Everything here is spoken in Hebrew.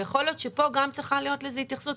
ויכול להיות שפה גם צריכה להיות לזה התייחסות.